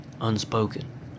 unspoken